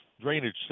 drainage